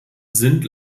sind